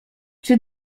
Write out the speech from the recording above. czy